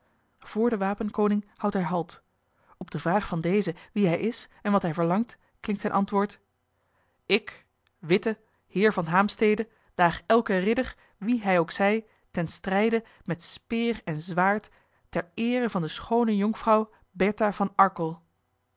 voor den wapenkoning houdt hij halt op de vraag van deze wie hij is en wat hij verlangt klinkt zijn antwoord ik witte heer van haemstede daag elken ridder wie hij ook zij ten strijde met speer en zwaard ter eere van de schoone jonkvrouw bertha van arkel